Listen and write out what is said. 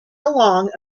along